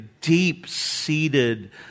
deep-seated